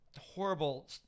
horrible